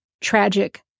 tragic